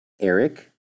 Eric